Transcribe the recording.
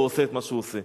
ועושה את מה שהוא עושה.